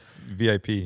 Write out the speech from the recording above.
VIP